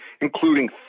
including